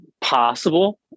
possible